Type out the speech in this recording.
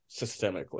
systemically